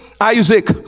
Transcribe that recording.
isaac